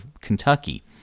Kentucky